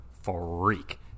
freak